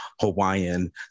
Hawaiian